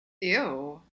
ew